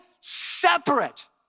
separate